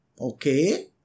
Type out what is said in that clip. Okay